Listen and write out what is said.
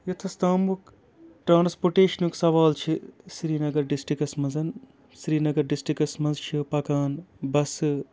یوٚتَس تامُک ٹرٛانَسپوٹیشنُک سوال چھِ سریٖنَگر ڈِسٹرکَس منٛز سریٖنَگر ڈِسٹرکَس منٛز چھِ پَکان بَسہٕ